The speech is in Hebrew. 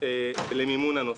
למימון הנושא.